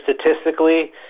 statistically